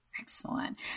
Excellent